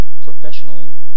professionally